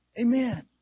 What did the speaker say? Amen